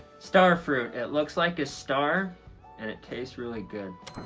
star fruit it looks like a star and it tastes really good.